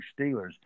Steelers